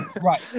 right